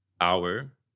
hour